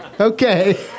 Okay